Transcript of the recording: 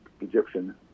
Egyptian